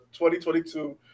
2022